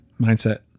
mindset